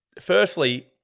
Firstly